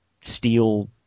steal